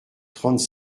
trente